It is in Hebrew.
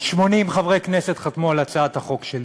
80 חברי כנסת חתמו על הצעת החוק שלי,